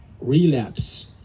relapse